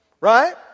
right